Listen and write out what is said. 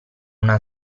una